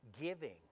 giving